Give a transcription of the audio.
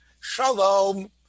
Shalom